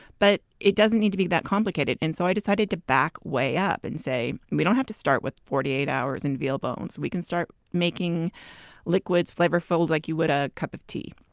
but it doesn't need to be that complicated. and so i decided to back way up and say, we don't have to start with forty eight hours and veal bones. we can start making liquids flavorful like you would a cup of tea.